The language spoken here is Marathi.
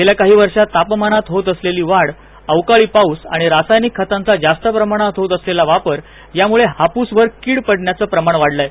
गेल्या काही वर्षात तापमानात होत असलेली वाढ अवकाळी पाउस आणि रासायनिक खतांचा जास्त प्रमाणात होत असलेला वापर यामुळे हापूसवर कीड पडण्याच प्रमाण वाढलंय